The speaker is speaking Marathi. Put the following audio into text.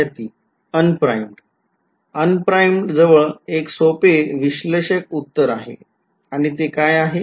विध्यार्थी unprimed Unprimed जवळ एक सोपे विश्लेषक उत्तर आहे आणि ते काय आहे